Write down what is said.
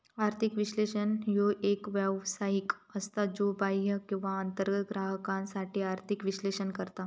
आर्थिक विश्लेषक ह्यो एक व्यावसायिक असता, ज्यो बाह्य किंवा अंतर्गत ग्राहकांसाठी आर्थिक विश्लेषण करता